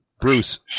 Bruce